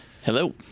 Hello